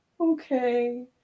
okay